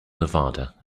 nevada